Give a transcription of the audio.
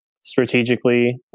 strategically